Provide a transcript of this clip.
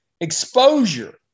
exposure